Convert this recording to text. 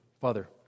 Father